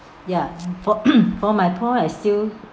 ya for for my point I still